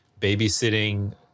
babysitting